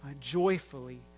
joyfully